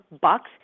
bucks